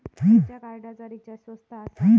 खयच्या कार्डचा रिचार्ज स्वस्त आसा?